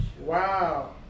Wow